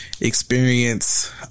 experience